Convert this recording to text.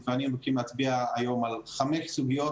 ואני רוצים להצביע היום על חמש סוגיות